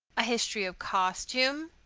a history of costume,